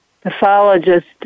pathologist